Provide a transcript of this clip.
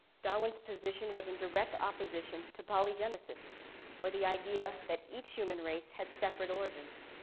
darwin's position was in direct opposition to polygenesis or the idea that each human race had separate origins.